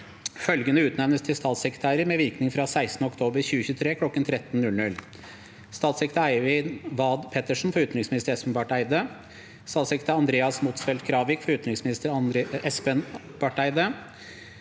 Følgende utnevnes til statssekretærer med virkning fra 16. oktober 2023 kl. 13.00: 18. Statssekretær Eivind Vad Petersson for utenriksminister Espen Barth Eide. 19. Statssekretær Andreas Motzfeldt Kravik for utenriksminister Espen Barth Eide.